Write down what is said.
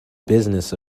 business